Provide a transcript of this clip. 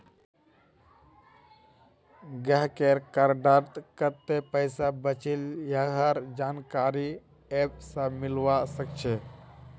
गाहकेर कार्डत कत्ते पैसा बचिल यहार जानकारी ऐप स मिलवा सखछे